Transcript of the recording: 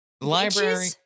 library